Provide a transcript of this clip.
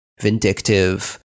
vindictive